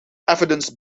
evidence